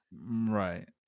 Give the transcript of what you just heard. right